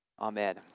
Amen